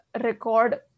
record